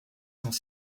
sans